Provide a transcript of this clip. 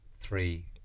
three